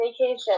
vacation